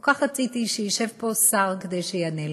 כל כך רציתי שישב פה שר כדי שיענה לנו.